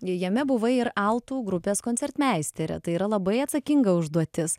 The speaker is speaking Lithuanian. jame buvai ir altų grupės koncertmeistere tai yra labai atsakinga užduotis